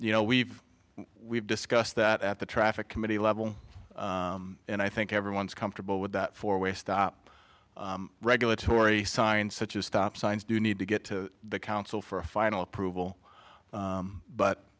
you know we've we've discussed that at the traffic committee level and i think everyone is comfortable with that four way stop regulatory signs such as stop signs do need to get to the council for a final approval